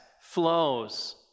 flows